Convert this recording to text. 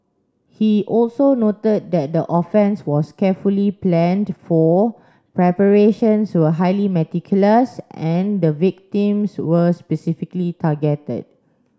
he also noted that the offence was carefully planned for preparations were highly meticulous and the victims were specifically targeted